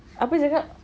apa dia cakap